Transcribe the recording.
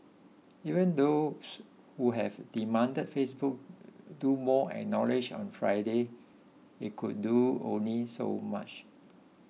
even those who have demanded Facebook do more acknowledged on Friday it could do only so much